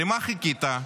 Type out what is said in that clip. למה חיכית?